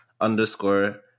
underscore